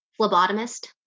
phlebotomist